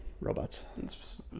robots